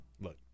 Look